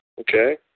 Okay